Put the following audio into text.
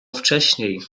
wcześniej